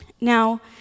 Now